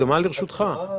הבמה לרשותך.